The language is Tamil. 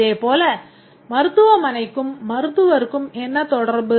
இதேபோல் மருத்துவமனைக்கும் மருத்துவருக்கும் என்ன தொடர்பு